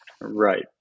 right